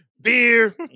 beer